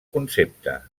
concepte